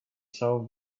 saw